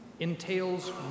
entails